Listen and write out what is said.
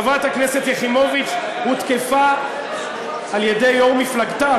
חברת הכנסת יחימוביץ הותקפה על-ידי יושב-ראש מפלגתה,